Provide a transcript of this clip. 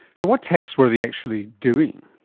so what tests were they actually doing?